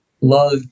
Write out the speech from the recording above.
Love